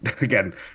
again